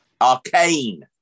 Arcane